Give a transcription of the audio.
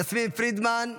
יסמין פרידמן,